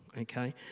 okay